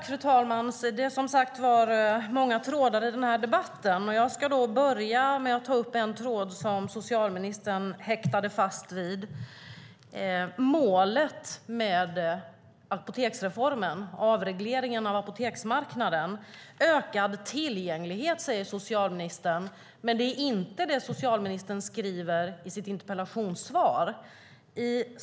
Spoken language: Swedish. Fru talman! Det är som sagt många trådar i denna debatt. Jag ska börja med att ta upp en tråd som socialministern häktade fast vid: målet med apoteksreformen och avregleringen av apoteksmarknaden. Ökad tillgänglighet, säger socialministern. Men det är inte det socialministern skriver i sitt interpellationssvar.